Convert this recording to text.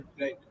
right